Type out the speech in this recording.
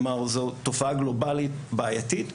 כלומר, זו תופעה גלובלית בעייתית.